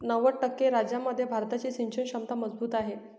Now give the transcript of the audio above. नव्वद टक्के राज्यांमध्ये भारताची सिंचन क्षमता मजबूत आहे